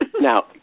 Now